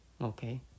okay